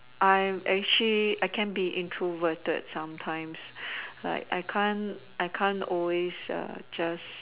I'm actually I can be introverted sometimes like I can't I can't always just